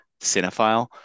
cinephile